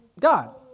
God